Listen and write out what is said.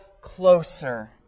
closer